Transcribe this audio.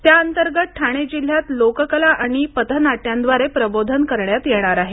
त्या अंतर्गत ठाणे जिल्ह्यात लोककला आणि पथनाट्यांद्वारे प्रबोधन करण्यात येणार आहे